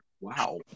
wow